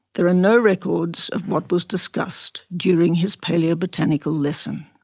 there are no records of what was discussed during his palaeobotanical lesson.